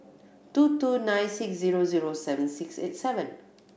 two two nine six zero zero seven six eight seven